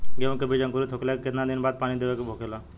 गेहूँ के बिज अंकुरित होखेला के कितना दिन बाद पानी देवे के होखेला?